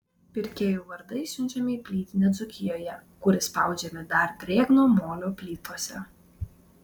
pirkėjų vardai siunčiami į plytinę dzūkijoje kur įspaudžiami dar drėgno molio plytose